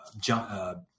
John